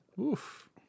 Oof